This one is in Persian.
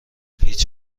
هیچ